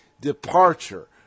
departure